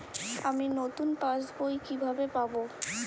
আমি নতুন পাস বই কিভাবে পাব?